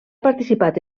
participat